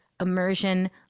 immersion